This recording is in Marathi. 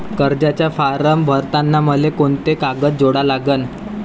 कर्जाचा फारम भरताना मले कोंते कागद जोडा लागन?